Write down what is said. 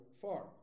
far